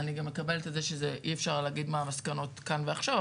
אני גם מקבלת את זה שאי אפשר להגיד מה המסקנות כאן ועכשיו,